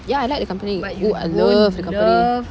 ya I like the company I love the company